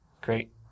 Great